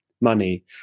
money